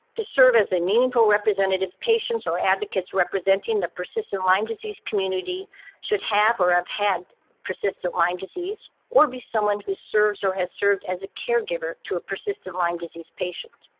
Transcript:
to serve as a meaningful representative patients or advocates representing the persistent lyme disease, community should have or have had persistent lyme disease or be someone who serves or has served as a caregiver to a persistent lyme disease patient,